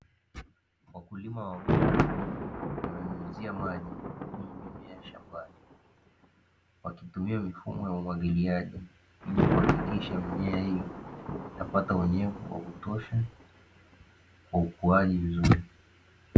Wakulima wawili wananyunyuzia maji kwenye mimea shambani, wakitumia mifumo ya umwagiliaji ili kuhakikisha mimea hiyo inapata unyevu wa kutosha kwa ukuaji mzuri.